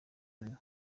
buriho